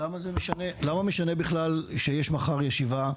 למה משנה בכלל שיש מחר ישיבה,